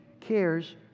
cares